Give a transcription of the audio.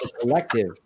collective